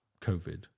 COVID